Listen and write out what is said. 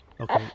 okay